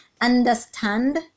Understand